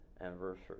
anniversary